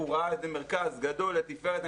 הוא ראה איזה מרכז גדול, לתפארת.